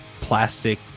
plastic